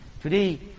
Today